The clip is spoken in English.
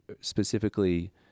specifically